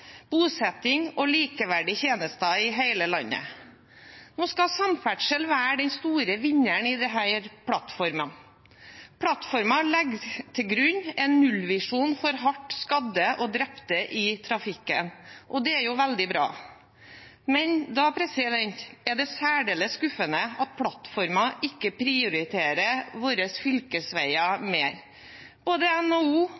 bosetting og likeverdige tjenester i hele landet. Nå skal samferdsel være den store vinneren i denne plattformen. Plattformen legger til grunn en nullvisjon for hardt skadde og drepte i trafikken – og det er veldig bra. Men da er det særdeles skuffende at plattformen ikke prioriterer